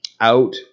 out